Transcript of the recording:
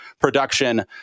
production